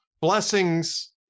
blessings